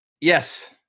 Yes